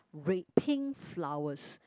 red pink flowers